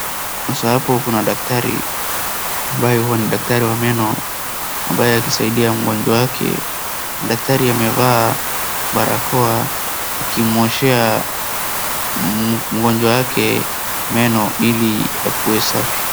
Sasa hapo kuna daktari ambaye huwa ni daktari wa meno ambaye akisaidia mgonjwa wake. Daktari amevaa barakoa akimuoshea mgonjwa wake meno ili yakuwe safi.